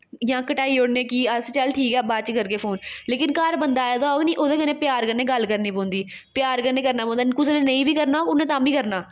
जां घटाई ओड़ने कि अस चल ठीक ऐ बाद च करगे फोन लेकिन घर बंदा आए दा होग निं ओह्दे कन्नै प्यार कन्नै गल्ल करनी पौंदी प्यार कन्नै करना पौंदा कुसै ने नेईं बी करना उन्नै तां बी करना